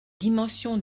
dimensions